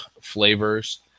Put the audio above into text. flavors